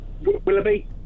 Willoughby